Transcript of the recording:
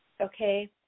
okay